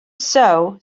sow